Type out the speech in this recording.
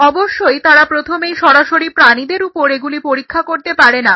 অবশ্যই তারা প্রথমেই সরাসরি প্রাণীদের ওপর এগুলি পরীক্ষা করতে পারেনা